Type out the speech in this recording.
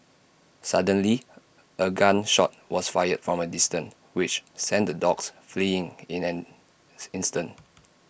suddenly A gun shot was fired from A distance which sent the dogs fleeing in an instant